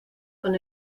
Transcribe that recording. con